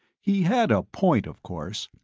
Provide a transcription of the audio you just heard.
he had a point, of course.